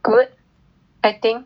good I think